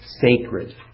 sacred